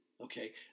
Okay